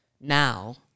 now